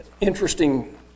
interesting